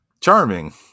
charming